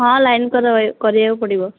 ହଁ ଲାଇନ୍ କର କରିବାକୁ ପଡ଼ିବ